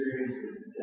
experiences